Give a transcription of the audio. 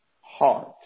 heart